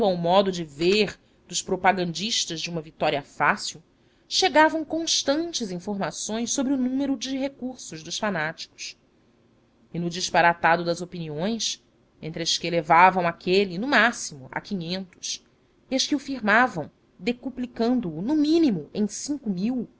ao modo de ver dos propagandistas de uma vitória fácil chegavam constantes informações sobre o número e recursos dos fanáticos e no disparatado das opiniões entre as que elevavam aquele no máximo a quinhentos e as que o firmavam decuplicando o no mínimo em cinco mil